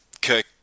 Kirk